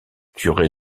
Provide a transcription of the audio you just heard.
curé